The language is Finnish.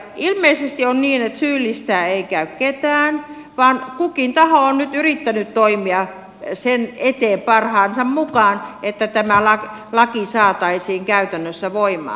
ilmeisesti on niin että syyllistää ei käy ketään vaan kukin taho on nyt yrittänyt toimia sen eteen parhaansa mukaan että tämä laki saataisiin käytännössä voimaan